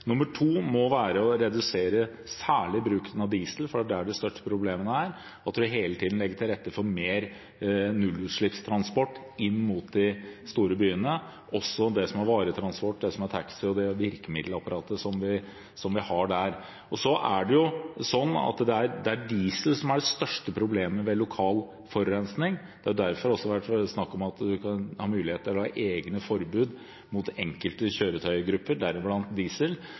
Nummer to må være å redusere bruken av diesel særlig – for det er der de største problemene er – at man hele tiden legger til rette for mer nullutslippstransport inn mot de store byene, også det som er varetransport, det som er taxi, og det virkemiddelapparatet som vi har der. Det er diesel som er det største problemet ved lokal forurensning. Det har derfor også vært snakk om at man kan få mulighet til å ha egne forbud mot enkelte kjøretøygrupper, deriblant